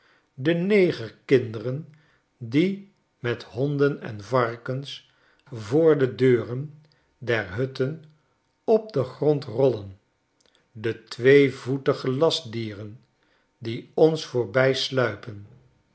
de negerkinderen die met honden en varkens voor de deuren der hutten op den grond rollen de tweevoetige lastdieren die ons